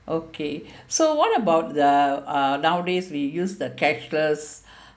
okay so what about the uh nowadays we use the cashless